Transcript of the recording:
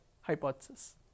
hypothesis